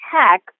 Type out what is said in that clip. tech